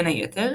בין היתר,